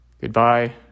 Goodbye